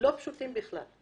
לא פשוטים בכלל.